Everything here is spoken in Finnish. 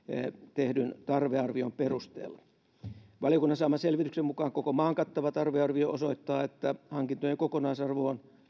tehdyn tarvearvion perusteella valiokunnan saaman selvityksen mukaan koko maan kattava tarvearvio osoittaa että hankintojen kokonaisarvo on